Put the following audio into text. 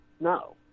no